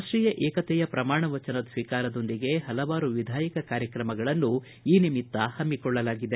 ರಾಷ್ಟೀಯ ಏಕತೆಯ ಪ್ರಮಾಣವಚನ ಸ್ವೀಕಾರದೊಂದಿಗೆ ಪಲವಾರು ವಿಧಾಯಕ ಕಾರ್ಯಕ್ರಮಗಳನ್ನು ಈ ನಿಮಿತ್ತ ಪಮ್ಮಕೊಳ್ಳಲಾಗುತ್ತದೆ